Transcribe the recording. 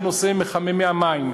בנושא מחממי המים,